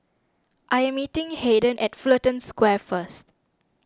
I am meeting Haiden at Fullerton Square first